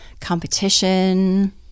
competition